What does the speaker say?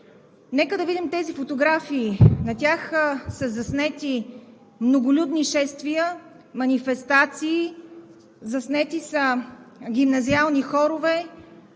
Нека да видим тези фотографии. На тях са заснети многолюдни шествия, манифестации, заснети са гимназиални хорове,